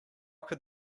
could